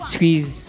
Squeeze